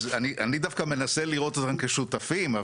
אני דווקא מנסה לראות אותם כשותפים.